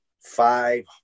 five